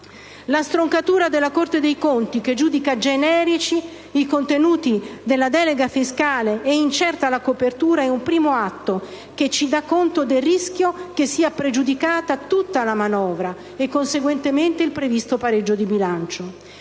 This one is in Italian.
La stroncatura della Corte dei conti, che giudica generici i contenuti della delega fiscale e incerta la copertura, è un primo atto, che ci dà conto del rischio che venga pregiudicata tutta la manovra e conseguentemente il previsto pareggio di bilancio.